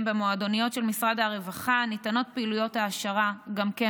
במועדוניות של משרד הרווחה ניתנות פעילויות העשרה גם כן,